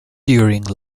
during